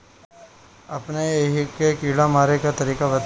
अपने एहिहा के कीड़ा मारे के तरीका बताई?